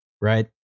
right